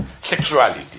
sexuality